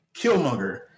Killmonger